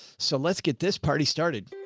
so let's get this party started